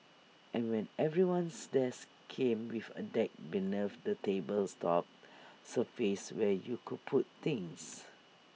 and when everyone's desk came before A deck beneath the table's top surface where you could put things